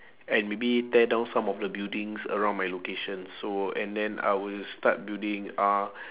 and maybe tear down some of the buildings around my location so and then I will start building uh